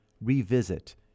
revisit